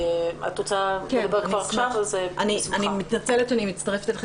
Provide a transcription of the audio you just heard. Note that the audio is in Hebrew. אני מתנצלת שאני מצטרפת כעת.